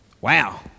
Wow